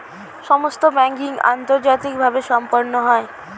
সমস্ত ব্যাংকিং আন্তর্জাতিকভাবে সম্পন্ন হয়